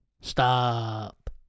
Stop